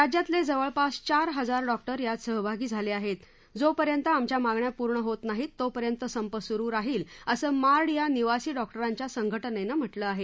राज्यातले जवळपास चार हजार यात सहभागी झाले आहेत जो पर्यंत मागण्या पूर्ण होत नाही तो पर्यंत संप सुरू राहील असं मार्ड या निवासी डॉक्टरांच्या संघटनेनं म्हटलं आहे